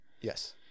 yes